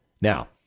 Now